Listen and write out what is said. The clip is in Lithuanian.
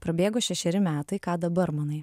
prabėgo šešeri metai ką dabar manai